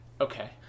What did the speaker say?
Okay